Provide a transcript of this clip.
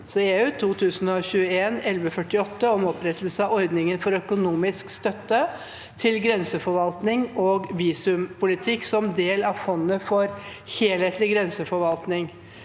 (EU) 2021/1148 om opprettelse av ordningen for økonomisk støtte til grenseforvaltning og visumpolitikk som del av Fondet for helhetlig grensefor- valtning